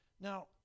Now